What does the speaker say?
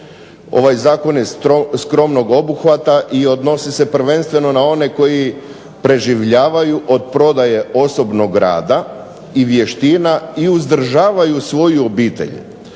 Ovaj zakon je skromnog obuhvata i odnosi se prvenstveno na one koji preživljavaju od prodaje osobnog rada i vještina i uzdržavaju svoju obitelj,